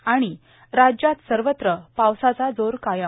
आणि राज्यात आज सर्वत्र पावसाचा जोर कायम